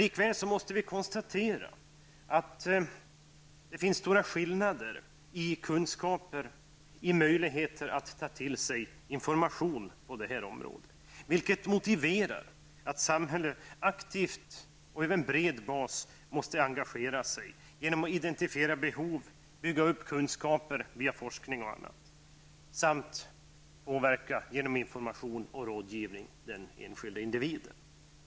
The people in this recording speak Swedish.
Likväl måste vi konstatera att det finns stora skillnader i kunskaper, i möjligheter att ta till sig information på det här området, vilket motiverar att samhället aktivt och på bred bas engagerar sig genom att identifiera behov, bygga upp kunskap via forskning osv. samt genom att påverka den enskilde individen genom information och rådgivning.